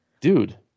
dude